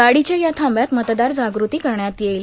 गाडीच्या या थांब्यात मतदार जागृती करण्यात येईल